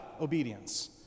obedience